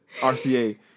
RCA